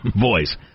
voice